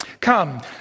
Come